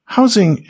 Housing